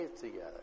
together